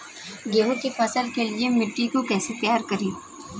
गेहूँ की फसल के लिए मिट्टी को कैसे तैयार करें?